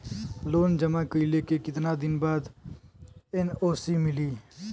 Loan जमा कइले के कितना दिन बाद एन.ओ.सी मिली?